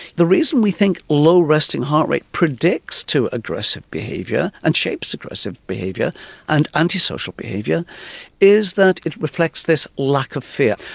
the reason we think low resting heart rate predicts to aggressive behaviour and shapes aggressive behaviour and antisocial behaviour is that it reflects this lack of fear.